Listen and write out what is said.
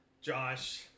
Josh